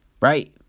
right